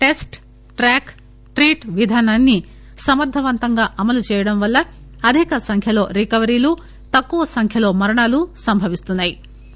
test track treat విధానాన్ని సమర్గవంతంగా అమలు చేయడం వల్ల అధిక సంఖ్యలో రికవరీలు తక్కువ సంఖ్యలో మరణాలు సంభవిస్తున్నా యి